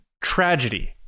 tragedy